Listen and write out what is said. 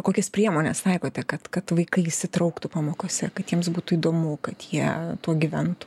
kokias priemones taikote kad kad vaikai įsitrauktų pamokose kad jiems būtų įdomu kad jie tuo gyventų